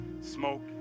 smoke